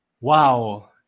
wow